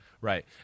Right